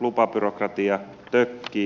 lupabyrokratia tökkii